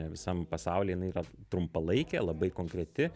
visam pasaulyje jinai yra trumpalaikė labai konkreti